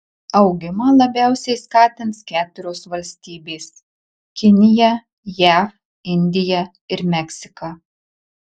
augimą labiausiai skatins keturios valstybės kinija jav indija ir meksika